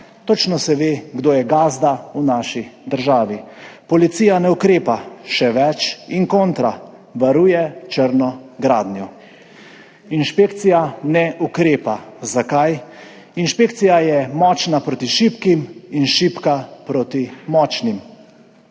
Točno se ve, kdo je gazda v naši državi. Policija ne ukrepa, še več in kontra, varuje črno gradnjo. Inšpekcija ne ukrepa. Zakaj? Inšpekcija je močna proti šibkim in šibka proti močnim.